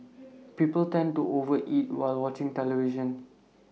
people tend to over eat while watching the television